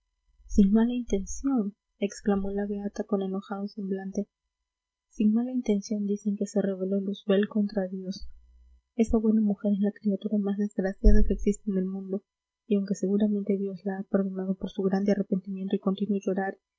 sin mala intención exclamó la beata con enojado semblante sin mala intención dicen que se rebeló luzbel contra dios esa buena mujer es la criatura más desgraciada que existe en el mundo y aunque seguramente dios la ha perdonado por su grande arrepentimiento y continuo llorar